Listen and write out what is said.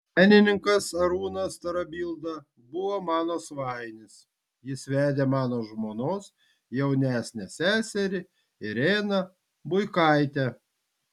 menininkas arūnas tarabilda buvo mano svainis jis vedė mano žmonos jaunesnę seserį ireną buikaitę